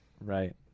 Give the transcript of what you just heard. right